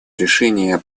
решение